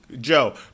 Joe